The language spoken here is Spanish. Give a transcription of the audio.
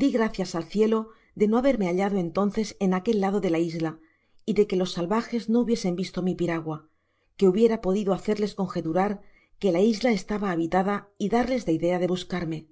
di gracias al cielo de no haberme hallado entonces en aquel lado de la isla y de que los salvajes no hubiesen visto mi piragua que hubiera podido hacerles congeturar que la isla estaba habitada y darles la idea de buscarme